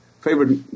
favorite